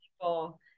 people